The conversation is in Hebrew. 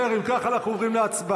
נא לסיים.